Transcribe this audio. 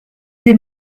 des